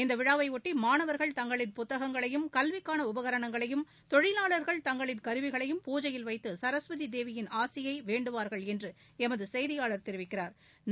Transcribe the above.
இந்த விழாவையொட்டி மாணவர்கள் தங்களின் புத்தகங்களையும் கல்விக்கான உபகரணங்களையும் தொழிலாளா்கள் தங்களின் கருவிகளையும் பூஜையில் வைத்து சரஸ்வதி தேவியின் ஆசியை வேண்டுவாா்கள் என்று எமது செய்தியாளா் தெரிவிக்கிறாா்